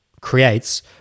creates